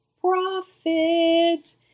profit